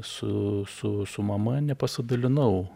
su su su mama nepasidalinau